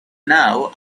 now